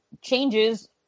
changes